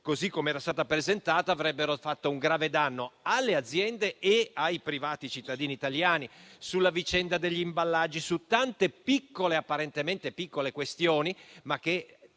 forma che era stata presentata, avrebbe comportato un grave danno alle aziende e ai privati cittadini italiani, sulla vicenda degli imballaggi e su tante questioni, apparentemente piccole, ma che